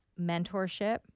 mentorship